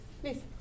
please